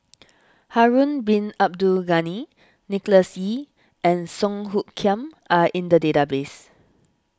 Harun Bin Abdul Ghani Nicholas Ee and Song Hoot Kiam are in the database